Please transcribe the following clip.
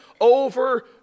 over